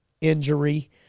injury